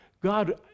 God